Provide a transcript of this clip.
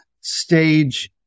stage